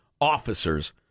officers